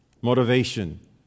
motivation